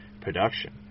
production